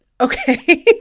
okay